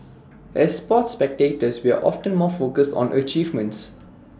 as sports spectators we are often more focused on achievements